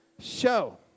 Show